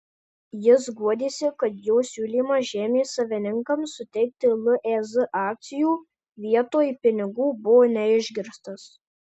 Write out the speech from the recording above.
jis guodėsi kad jo siūlymas žemės savininkams suteikti lez akcijų vietoj pinigų buvo neišgirstas